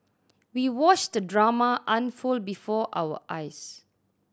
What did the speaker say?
we watched the drama unfold before our eyes